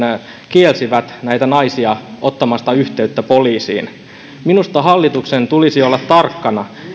kielsivät näitä naisia ottamasta yhteyttä poliisiin minusta hallituksen tulisi olla tarkkana